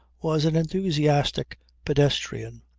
was an enthusiastic pedestrian.